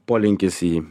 polinkis į